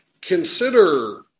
consider